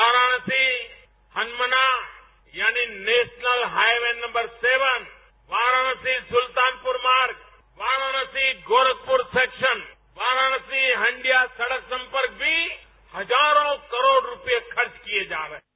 वाराणसी हनुमना यानी national highway number seven Varanasi Sultanpur मार्ग Varanasi Gorakhpur section Varanasi Handia सड़क संपर्कभी हजारों करोड़ रुपये खर्च किए जा रहे हैं